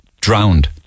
drowned